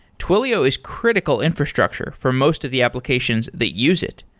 twilio is critical infrastructure for most of the applications that use it.